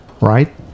right